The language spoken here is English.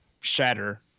shatter